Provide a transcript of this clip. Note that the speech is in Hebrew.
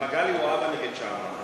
"מגלי והבה נגד שאמה".